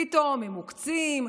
פתאום הם מוקצים,